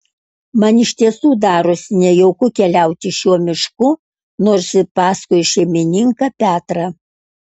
man iš tiesų darosi nejauku keliauti šiuo mišku nors ir paskui šeimininką petrą